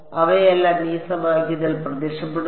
അവയെല്ലാം ഈ സമവാക്യത്തിൽ പ്രത്യക്ഷപ്പെടുന്നു